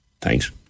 Thanks